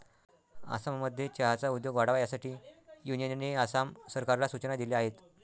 आसाममध्ये चहाचा उद्योग वाढावा यासाठी युनियनने आसाम सरकारला सूचना दिल्या आहेत